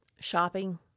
shopping